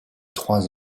trois